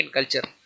Culture